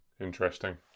Interesting